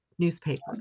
newspaper